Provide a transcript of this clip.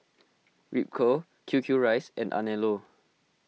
Ripcurl Q Q Rice and Anello